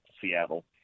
seattle